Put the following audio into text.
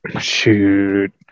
Shoot